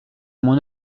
mon